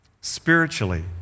Spiritually